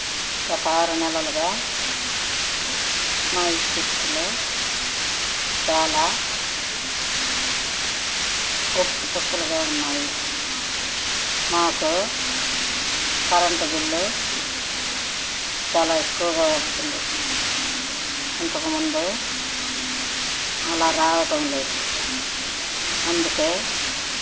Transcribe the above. గత ఆరు నెలలుగా మా విద్యుత్తులో చాలా ఒప్పు తప్పులుగా ఉన్నాయి మాకు కరెంటు బిల్లు చాలా ఎక్కువగా వస్తుంది ఇంతకుముందు అలా రావటం లేదు అందుకే